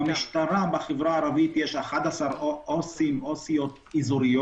במשטרה בחברה הערבית יש 11 עו"סים ועו"סיות אזוריות